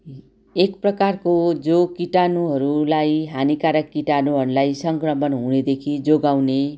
एक प्रकारको जो कीटाणुहरूलाई हानिकारक कीटाणुहरूलाई सङ्क्रमण हुनेदेखि जोगाउने